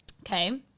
Okay